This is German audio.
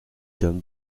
don